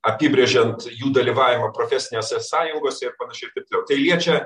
apibrėžiant jų dalyvavimą profesinėse sąjungose ir panašiai ir taip toliau tai liečia